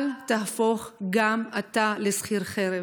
אל תהפוך גם אתה לשכיר חרב.